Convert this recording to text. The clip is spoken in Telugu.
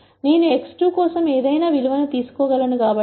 నేను x2 కోసం ఏదైనా విలువను తీసుకో గలను కాబట్టి